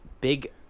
big